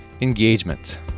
engagement